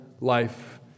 life